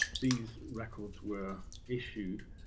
these records were issued